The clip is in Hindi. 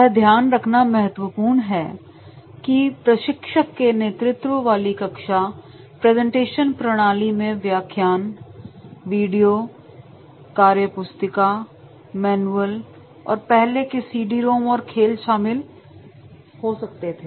यह ध्यान रखना महत्वपूर्ण है कि प्रशिक्षक के नेतृत्व वाली कक्षा प्रेजेंटेशन प्रणाली में व्याख्यान वीडियो कार्यपुस्तिका मैनुअल और पहले के सीडी रोम और खेल शामिल हो सकते हैं